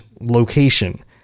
location